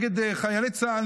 נגד חיילי צה"ל,